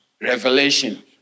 Revelation